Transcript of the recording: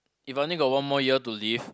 if I only got one more year to live